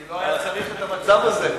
כי לא היה צריך את המצב הזה,